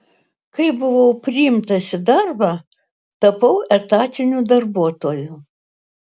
kai buvau priimtas į darbą tapau etatiniu darbuotoju